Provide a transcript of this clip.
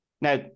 now